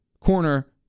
corner